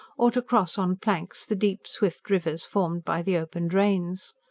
or to cross, on planks, the deep, swift rivers formed by the open drains.